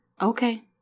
Okay